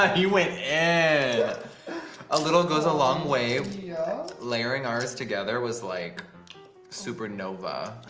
ah you went a a little goes a long way layering ours together was like supernova.